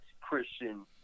Christian